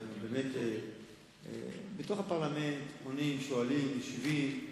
מתוך הפרלמנט פונים, שואלים, משיבים,